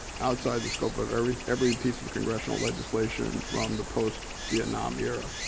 outside the scope of every every piece of of congressional legislation from the post-vietnam era.